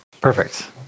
perfect